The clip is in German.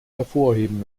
hervorheben